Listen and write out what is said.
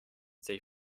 they